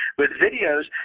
with videos,